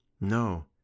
No